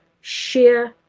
sheer